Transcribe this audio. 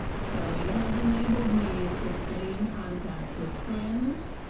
so it has enabled me to stay in contact with friends